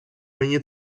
мені